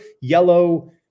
yellow